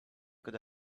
could